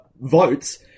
votes